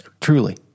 Truly